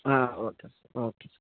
okay sir okay sir